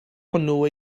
hwnnw